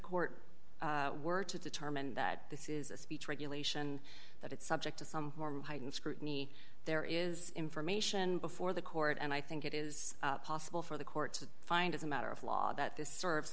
court were to determine that this is a speech regulation that it's subject to some form of heightened scrutiny there is information before the court and i think it is possible for the court to find as a matter of law that this serves